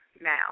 now